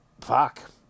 fuck